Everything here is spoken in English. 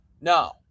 No